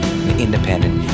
independent